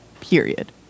Period